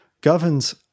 governs